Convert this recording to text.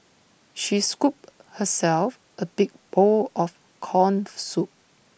she scooped herself A big bowl of Corn Soup